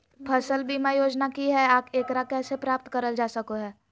फसल बीमा योजना की हय आ एकरा कैसे प्राप्त करल जा सकों हय?